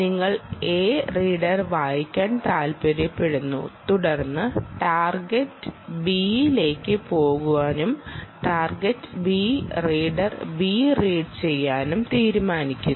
നിങ്ങൾ A reader വായിക്കാൻ താൽപ്പര്യപ്പെടുന്നു തുടർന്ന് ടാഗ് ടാർഗെറ്റ് Bയിലേക്ക് പോകാനും target B reader B read ചെയ്യാനും തീരുമാനിക്കുന്നു